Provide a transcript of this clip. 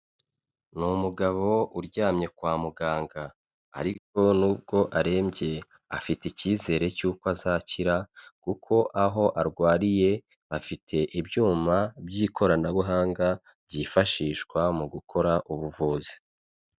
Ni umugabo uryamye kwa muganga ariko n'ubwo arembye afite icyizere cy'uko azakira kuko aho arwariye bafite ibyuma by'ikoranabuhanga byifashishwa mu gukora ubuvuzi.